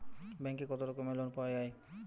ব্যাঙ্কে কত রকমের লোন পাওয়া য়ায়?